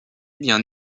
bien